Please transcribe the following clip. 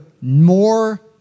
more